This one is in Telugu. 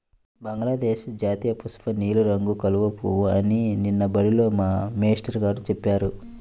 బంగ్లాదేశ్ జాతీయపుష్పం నీలం రంగు కలువ పువ్వు అని నిన్న బడిలో మా మేష్టారు గారు చెప్పారు